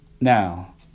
now